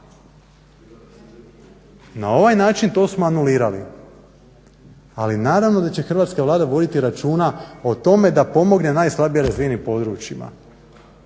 Na ovaj način to smo anulirali. Ali naravno da će hrvatska Vlada voditi računa o tome da pomogne najslabije razvijenim područjima.